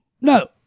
no